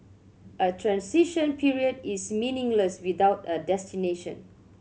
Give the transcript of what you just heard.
a transition period is meaningless without a destination